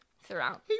Throughout